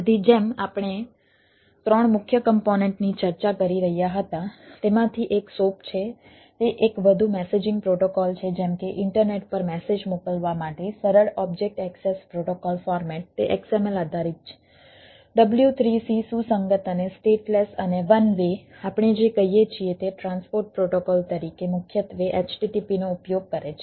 તેથી જેમ આપણે ત્રણ મુખ્ય કમ્પોનેન્ટની ચર્ચા કરી રહ્યા હતા તેમાંથી એક SOAP છે તે એક વધુ મેસેજિંગ પ્રોટોકોલ છે જેમ કે ઇન્ટરનેટ પર મેસેજ મોકલવા માટે સરળ ઓબ્જેક્ટ એક્સેસ પ્રોટોકોલ ફોર્મેટ તે XML આધારિત છે W3C સુસંગત અને સ્ટેટલેસ આપણે જે કહીએ છીએ તે ટ્રાન્સપોર્ટ પ્રોટોકોલ તરીકે મુખ્યત્વે http નો ઉપયોગ કરે છે